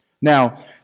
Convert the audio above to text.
Now